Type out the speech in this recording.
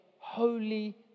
holy